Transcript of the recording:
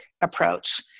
approach